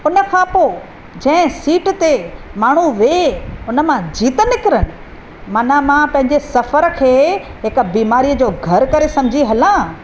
हुन खां पोइ जंहिं सीट ते माण्हू विहे हुन मां जीत निकिरनि मन मां पंहिंजे सफ़र खे हिकु बीमारीअ जो घरु करे समुझी हलां